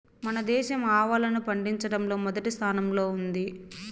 మన దేశం ఆవాలను పండిచటంలో మొదటి స్థానం లో ఉంది